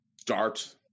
start